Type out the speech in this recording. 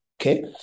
okay